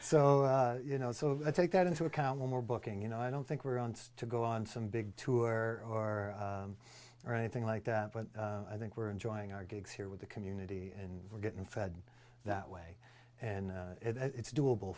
so you know so i take that into account when we're booking you know i don't think we're on to go on some big tour or or anything like that but i think we're enjoying our gigs here with the community and we're getting fed that way and it's doable